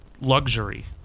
luxury